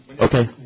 Okay